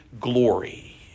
glory